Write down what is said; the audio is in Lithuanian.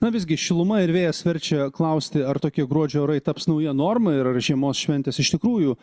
na visgi šiluma ir vėjas verčia klausti ar tokie gruodžio orai taps nauja norma ir ar žiemos šventės iš tikrųjų